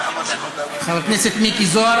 חבר הכנסת מיקי זוהר.